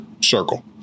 circle